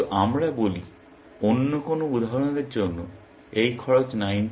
কিন্তু আমরা বলি অন্য কোনো উদাহরণের জন্য এই খরচ 90 এবং এই খরচ 20 ছিল